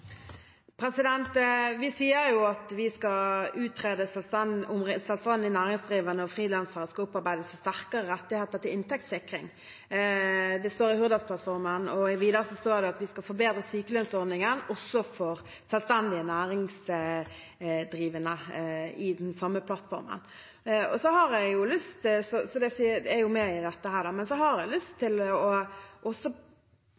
Vi sier jo at vi skal utrede om selvstendig næringsdrivende og frilansere skal opparbeide seg sterkere rettigheter til inntektssikring. Det står i Hurdalsplattformen, og videre står det at vi skal forbedre sykelønnsordningen også for selvstendig næringsdrivende, i den samme plattformen. Jeg er jo med i dette, men så har jeg lyst